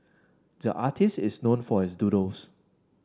the artist is known for his doodles